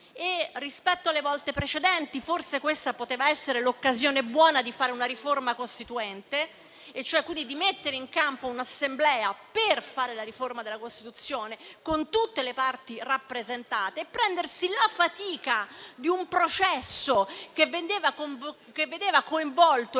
rispetto alle volte precedenti, questa poteva essere l'occasione buona di fare una riforma costituente, cioè di mettere in campo un'Assemblea per fare la riforma della Costituzione, con tutte le parti rappresentate, e prendersi la fatica di un processo che vedeva coinvolto il